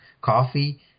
coffee